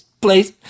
place